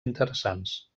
interessants